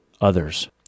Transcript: others